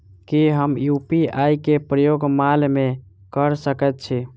की हम यु.पी.आई केँ प्रयोग माल मै कऽ सकैत छी?